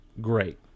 great